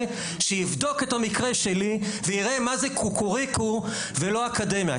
שיבדוק את המקרה שלי ויראה מזה קוקוריקו ולא אקדמיה,